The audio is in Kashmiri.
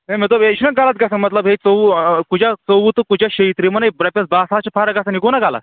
ہے مےٚ دوٚپ یہِ چھُنا غلط گژھان مطلب ہے ژوٚوُہ کُجاہ ژۄوُہ تہٕ کُجاہ شیٚیہِ ترٛےٚ یِمَن رۄپیَس باہ ساس چھِ فرق گژھان یہِ گوٚو نا غلط